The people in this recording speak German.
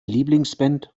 lieblingsband